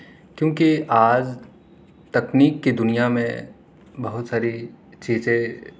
کیونکہ آج تکنیک کی دنیا میں بہت ساری چیزیں